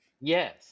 Yes